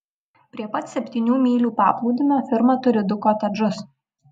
prie pat septynių mylių paplūdimio firma turi du kotedžus